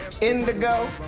indigo